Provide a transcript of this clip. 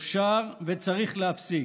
אפשר וצריך להפסיק,